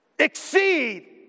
exceed